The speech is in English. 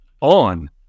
on